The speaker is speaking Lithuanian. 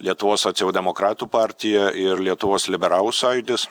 lietuvos socialdemokratų partija ir lietuvos liberalų sąjūdis